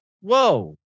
whoa